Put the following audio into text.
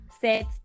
set